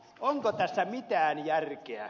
onko tässä mitään järkeä